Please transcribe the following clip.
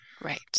Right